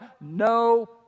no